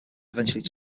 eventually